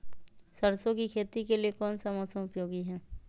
सरसो की खेती के लिए कौन सा मौसम उपयोगी है?